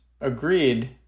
agreed